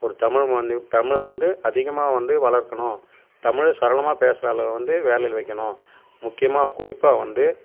ஒரு தமிழ் மாநிலம் தமிழை வந்து அதிகமாக வந்து வளர்க்கணும் தமிழை சரளமாக பேசுகிற ஆளை வந்து வேலையில் வைக்கணும் முக்கியமாக குறிப்பாக வந்து